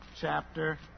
chapter